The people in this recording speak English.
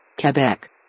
Quebec